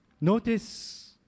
notice